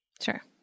Sure